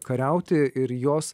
kariauti ir jos